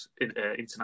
international